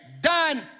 done